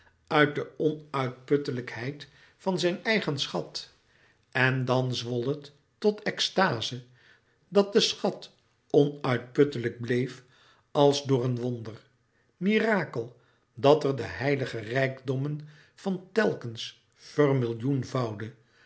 uit de onuitputtelijkheid van zijn eigen schat en dan zwol het tot extaze dat de schat onuitputtelijk bleef als door een wonder mirakel dat er de heilige rijkdommen van telkens vermillioenvoudde